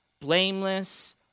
blameless